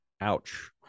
Ouch